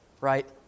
right